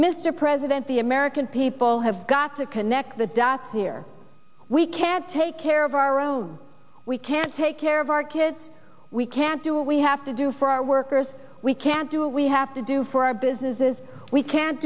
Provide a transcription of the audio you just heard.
mr president the american people have got to connect the dots here we can't take care of our own we can't take care of our kids we can't do what we have to do for our workers we can't do we have to do for our businesses we can't